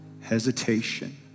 hesitation